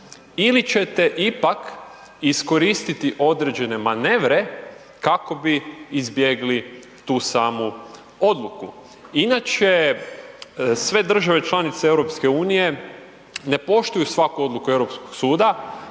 ili ćete ipak iskoristiti određene manevre kako bi izbjegli tu samu odluku? Inače sve države članice EU ne poštuju svaku odluku